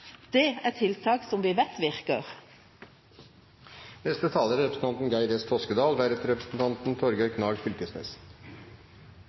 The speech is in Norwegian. Det er tiltak som vi vet virker. Det er